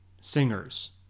singers